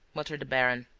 muttered the baron.